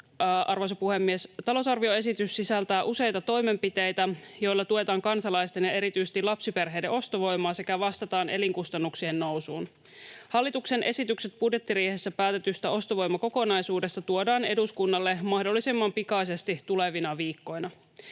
Arvoisat edustajat! Talousarvioesitys sisältää useita toimenpiteitä, joilla tuetaan kansalaisten ja erityisesti lapsiperheiden ostovoimaa sekä vastataan elinkustannuksien nousuun. Hallituksen esitykset budjettiriihessä päätetystä ostovoimakokonaisuudesta tuodaan eduskunnalle mahdollisimman pikaisesti tulevina viikkoina.